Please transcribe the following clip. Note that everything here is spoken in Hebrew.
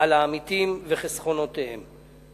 על העמיתים וחסכונותיהם.